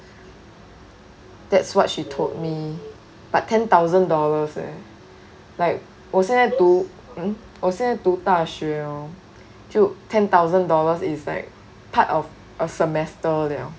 that's what she told me but ten thousand dollars eh like 我现在读 hmm 我现在读大学 orh 就 ten thousand dollars is like part of a semester liao